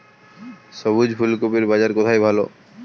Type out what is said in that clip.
সবুজ ফুলকপির বাজার কোথায় ভালো?